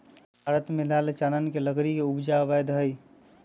भारत में लाल चानन के लकड़ी के उपजा अवैध हइ